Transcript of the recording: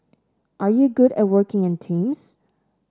are you good at working in teams